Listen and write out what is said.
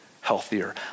healthier